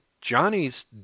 Johnny's